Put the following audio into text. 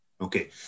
Okay